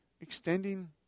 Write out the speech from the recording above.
extending